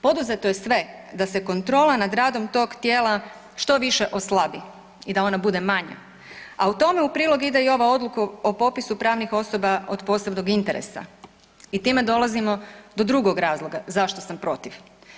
Poduzeto je sve da se kontrola nad radom tog tijela što više oslabi i da ona bude manja, a u tome u prilog ide i ova odluka o popisu pravnih osoba od posebnog interesa i time dolazimo do drugog razloga zašto sam protiv?